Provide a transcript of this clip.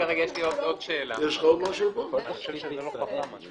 עד